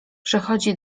przychodzi